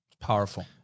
Powerful